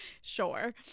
Sure